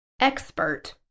expert